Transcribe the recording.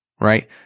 right